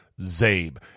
ZABE